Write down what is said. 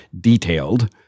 detailed